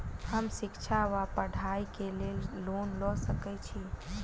हम शिक्षा वा पढ़ाई केँ लेल लोन लऽ सकै छी?